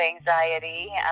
anxiety